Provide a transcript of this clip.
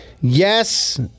Yes